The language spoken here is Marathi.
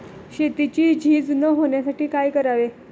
शेतीची झीज न होण्यासाठी काय करावे?